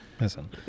Listen